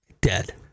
dead